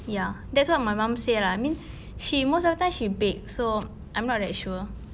ya that's what my mum say lah I mean she most of the time she bake so I'm not that sure